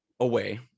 away